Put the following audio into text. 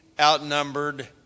outnumbered